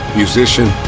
musician